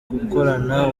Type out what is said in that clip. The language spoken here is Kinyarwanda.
gukorana